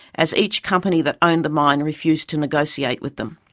as each company that owned the mine refused to negotiate with them.